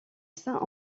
saint